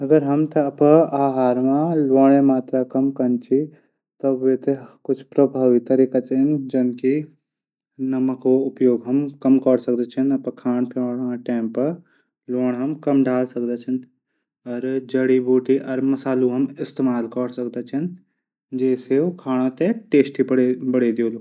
अगर हमथे अपड आहार मा लूणा मात्रा कम कन च त वे कुछ प्रभावी तरीका छन जनकि नमक उपयोग हम कम कौर सकदा छन अपडू खाणू मा कम डाली सकदा छा। जडी बूटी इस्तेमाल कै सकदा छन जै ऊ खाणू थै टेस्टी बणै सकदा छां।